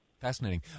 Fascinating